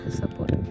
support